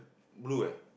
blue leh